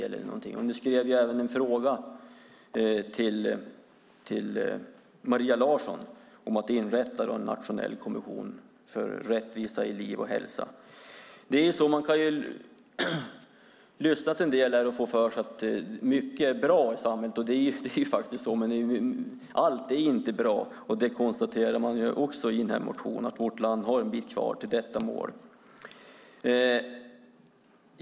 Det skrevs även en fråga till Maria Larsson om att inrätta en nationell kommission för rättvisa i liv och hälsa. Man kan lyssna till en del här och få för sig att mycket är bra i samhället, och det är faktiskt så. Men allt är inte bra, och man konstaterar också i denna motion att vårt land har en bit kvar till detta mål.